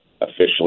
officially